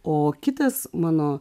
o kitas mano